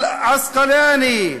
אלאעסקלאני,